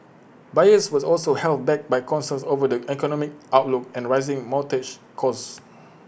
buyers were also held back by concerns over the economic outlook and rising mortgage costs